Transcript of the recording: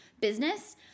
business